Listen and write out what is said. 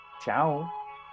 ciao